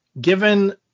given